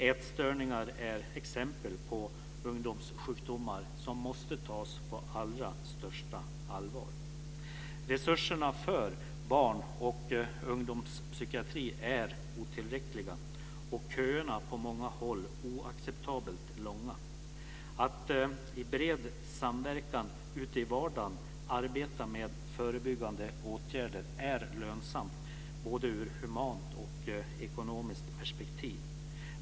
Ätstörningar är exempel på ungdomssjukdomar som måste tas på allra största allvar. Resurserna för barn och ungdomspsykiatri är otillräckliga och köerna på många håll oacceptabelt långa. Att i bred samverkan ute i vardagen arbeta med förebyggande åtgärder är lönsamt ur både humant och ekonomiskt perspektiv.